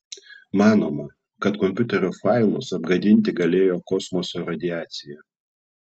manoma kad kompiuterio failus apgadinti galėjo kosmoso radiacija